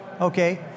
Okay